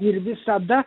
ir visada